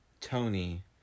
Tony